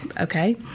okay